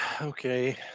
Okay